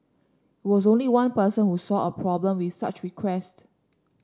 was only one person who saw a problem with such requests